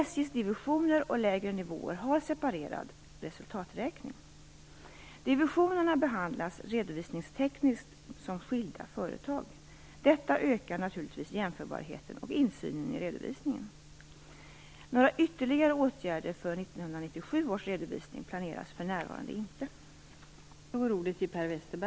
SJ:s divisioner och lägre nivåer har separat resultaträkning. Divisionerna behandlas redovisningstekniskt som skilda företag. Detta ökar naturligtvis jämförbarheten och insynen i redovisningen. Några ytterligare åtgärder för 1997 års redovisning planeras för närvarande inte.